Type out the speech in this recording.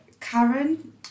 karen